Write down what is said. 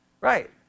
right